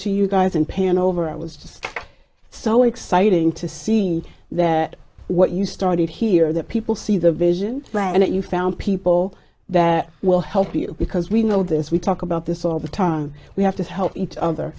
to you guys and pan over i was just so exciting to see that what you started here that people see the vision and that you found people that will help you because we know this we talk about this all the time we have to help each other